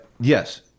Yes